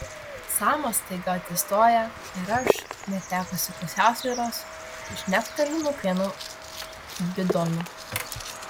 samas staiga atsistoja ir aš netekusi pusiausvyros žnekteliu nuo pieno bidono